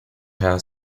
hare